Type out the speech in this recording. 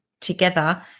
together